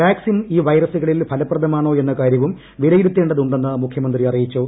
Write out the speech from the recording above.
vaccine ഈ വൈറസുകളിൽ ഫലപ്രദമാണോ എന്ന കാര്യവും വിലയിരുത്തേണ്ടതുണ്ടെന്ന് മുഖ്യമന്ത്രി അറിയിച്ചു